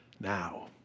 now